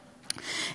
אני באמת חושבת,